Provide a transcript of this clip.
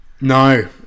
No